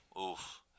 oof